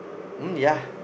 mm ya